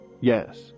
Yes